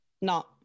No